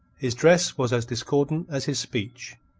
his dress was as discordant as his speech.